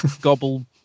gobble